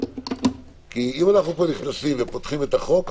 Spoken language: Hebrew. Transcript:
כי אם אנחנו פה נכנסים ופותחים את החוק,